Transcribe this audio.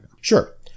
Sure